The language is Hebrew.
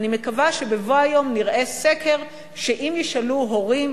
ואני מקווה שבבוא היום נראה סקר שאם ישאלו הורים